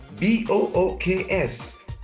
B-O-O-K-S